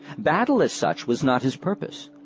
battle, as such, was not his purpose.